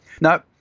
Now